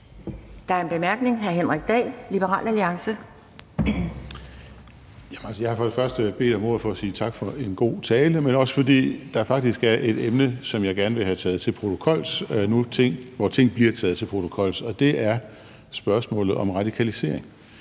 Der er en kort bemærkning. Hr. Henrik Dahl, Liberal Alliance. Kl. 17:51 Henrik Dahl (LA): Jeg har bedt om ordet for at sige tak for en god tale, men også fordi der faktisk er et emne, som jeg gerne vil have ført til protokols nu, hvor ting bliver ført til protokols, og det er spørgsmålet om radikalisering.